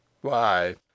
Why